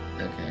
Okay